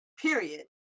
period